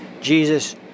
Jesus